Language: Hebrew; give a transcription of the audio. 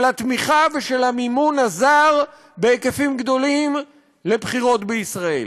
התמיכה ושל המימון הזר בהיקפים גדולים לבחירות בישראל.